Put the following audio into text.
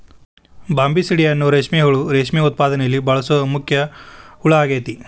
Bombycidae ಅನ್ನೋ ರೇಷ್ಮೆ ಹುಳು ರೇಷ್ಮೆ ಉತ್ಪಾದನೆಯಲ್ಲಿ ಬಳಸೋ ಮುಖ್ಯ ಹುಳ ಆಗೇತಿ